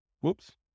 Whoops